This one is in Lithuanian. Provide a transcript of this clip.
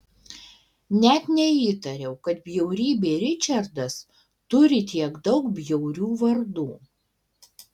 net neįtariau kad bjaurybė ričardas turi tiek daug bjaurių vardų